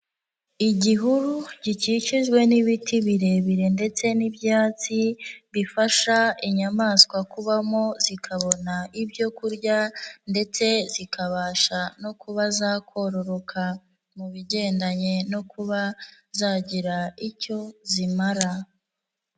Igihuru gikikijwe n'ibiti birebire ndetse n'ibyatsi bifasha inyamaswa kubamo zikabona ibyoku kurya ndetse zikabasha no kuba zakororoka, mu bigendanye no kuba zagira icyo zimara.